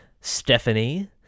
Stephanie